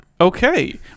okay